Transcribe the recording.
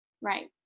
Right